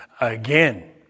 again